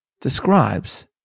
describes